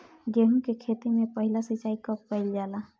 गेहू के खेती मे पहला सिंचाई कब कईल जाला?